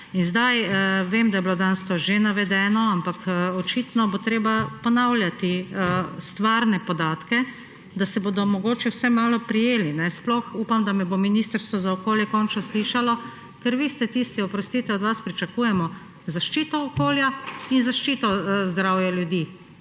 Sedaj vem, da je bilo danes to že navedeno, ampak očitno bo treba ponavljati stvarne podatke, da se bodo mogoče vsaj malo prejeli, sploh upam, da me bo Ministrstvo za okolje končno slišalo, ker vi ste tisti, oprostite, od vas pričakujemo zaščito okolja in zaščito zdravja ljudi.